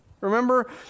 Remember